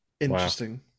interesting